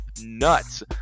nuts